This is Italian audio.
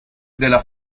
della